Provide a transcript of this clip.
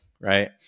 Right